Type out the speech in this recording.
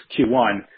Q1